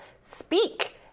speak